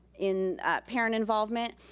in parent involvement,